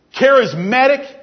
charismatic